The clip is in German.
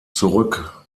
zurück